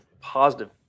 positive